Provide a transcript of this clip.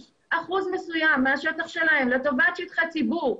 אחוז מסוים מהשטח שלהם לטובת שטחי ציבור,